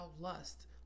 lust